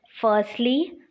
Firstly